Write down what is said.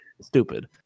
stupid